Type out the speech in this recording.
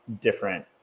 different